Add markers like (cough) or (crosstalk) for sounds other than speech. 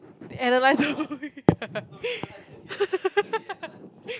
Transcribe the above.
analyse the (laughs)